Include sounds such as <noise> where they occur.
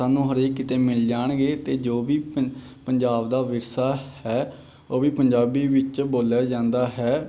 ਸਾਨੂੰ ਹਰੇਕ ਕਿਤੇ ਮਿਲ ਜਾਣਗੇ ਅਤੇ ਜੋ ਵੀ <unintelligible> ਪੰਜਾਬ ਦਾ ਵਿਰਸਾ ਹੈ ਉਹ ਵੀ ਪੰਜਾਬੀ ਵਿੱਚ ਬੋਲਿਆ ਜਾਂਦਾ ਹੈ